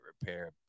repair